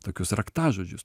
tokius raktažodžius